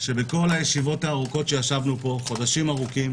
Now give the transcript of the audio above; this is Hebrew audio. שבכל הישיבות הארוכות שישבנו פה חודשים ארוכים,